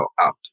out